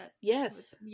Yes